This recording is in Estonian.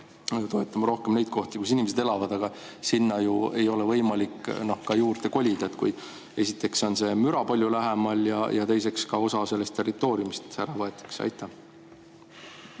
hakatakse rohkem neid kohti, kus inimesed elavad. Sinna ju ei ole võimalik kolida, kui esiteks on see müra palju lähemal ja teiseks ka osa sellest territooriumist võetakse ära.